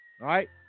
right